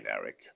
Eric